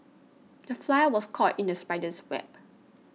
the fly was caught in the spider's web